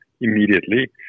immediately